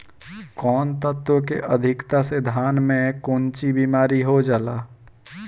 कौन तत्व के अधिकता से धान में कोनची बीमारी हो जाला?